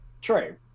True